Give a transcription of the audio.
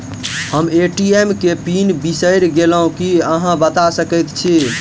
हम ए.टी.एम केँ पिन बिसईर गेलू की अहाँ बता सकैत छी?